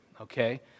okay